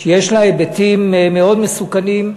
שיש לה היבטים מאוד מסוכנים,